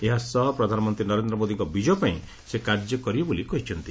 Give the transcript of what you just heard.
ଏହା ସହ ପ୍ରଧାନମନ୍ତୀ ନରେନ୍ଦ ମୋଦିଙ୍କ ବିଜୟ ପାଇଁ ସେ କାର୍ଯ୍ୟ କରିବେ ବୋଲି କହିଛନ୍ତି